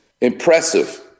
impressive